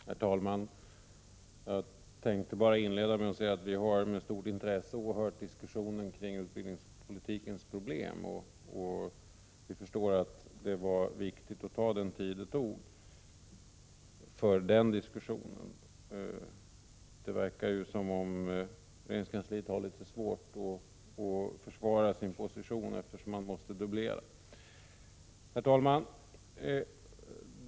Herr talman! Jag vill inleda mitt inlägg med att säga att vi med stort intresse har åhört diskussionen kring utbildningspolitikens problem. Vi förstår att det var viktigt att den diskussionen fick ta den tid som behövdes. Det verkar som om regeringskansliet har litet svårt att försvara sin position eftersom man måste dubblera! Herr talman!